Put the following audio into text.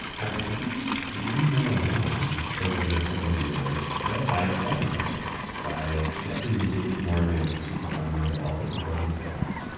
i believe, three more rounds over the coming years led by investment banks by jefferies and jp morgan, chief among them, but also from goldman sachs,